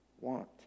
want